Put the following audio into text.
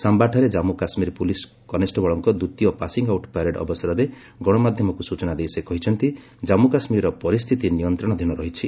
ସାମ୍ଘାଠାରେ Jammu Kashmir police କନଷ୍ଟେବଳଙ୍କ ଦ୍ୱିତୀୟ passing out parade ଅବସରରେ ଗଣମାଧ୍ୟମକୁ ସୂଚନା ଦେଇ ସେ କହିଛନ୍ତି କାଶ୍ମୁ କାଶ୍ମୀରର ପରିସ୍ଥିତି ନିୟନ୍ତ୍ରଣାଧୀନ ରହିଛି